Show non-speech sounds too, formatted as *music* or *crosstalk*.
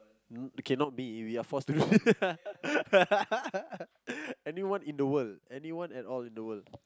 okay not me you are forced to *laughs* anyone in the world anyone at all in the world